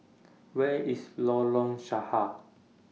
Where IS Lorong Sahad